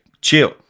chill